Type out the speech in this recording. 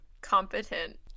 competent